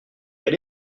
elle